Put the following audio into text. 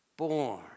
born